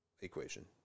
equation